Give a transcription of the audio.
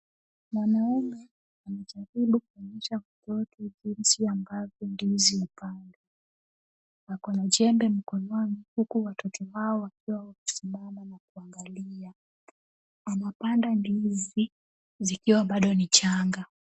Mwanaume anajaribu kuonyesha watu jinsi ambavyo ndizi hupandwa. Ako na jembe mkononi huku watoto wao wakiwa wamesimama na kuangalia. Anapanda ndizi zikiwa bado ni changa.